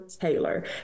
Taylor